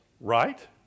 right